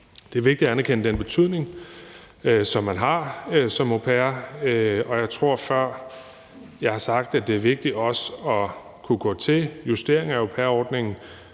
Det er vigtigt at anerkende den betydning, som man har som au pair, og jeg tror, at jeg før har sagt, at det er vigtigt også at kunne gå til justeringer af au pair-ordningen